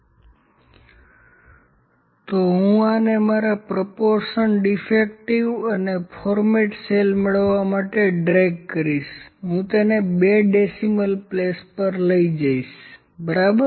તેથી હું આને મારા પ્રોપોર્શનસ ડીફેક્ટિવ અને ફોર્મેટ સેલ મેળવવા માટે ડ્રેગ કરીશ હું તેને બે ડેસિમલ પ્લેસ પર લઈ જઈશ બરાબર